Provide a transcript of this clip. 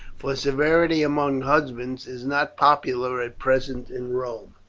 for severity among husbands is not popular at present in rome.